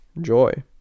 joy